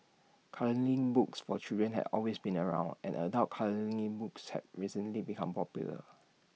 colouring books for children have always been around and adult colouring books have recently become popular